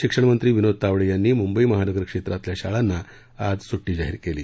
शिक्षणमंत्री विनोद तावडे यांनी मुंबई महानगर क्षेत्रातल्या शाळांना आज सुट्टी जाहीर केली